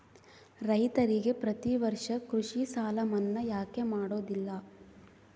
ರೈತರಿಗೆ ಪ್ರತಿ ವರ್ಷ ಕೃಷಿ ಸಾಲ ಮನ್ನಾ ಯಾಕೆ ಮಾಡೋದಿಲ್ಲ?